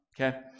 okay